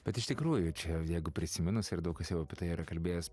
bet iš tikrųjų čia jeigu prisiminus ir daug kas jau apie tai ir kalbėjęs